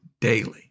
daily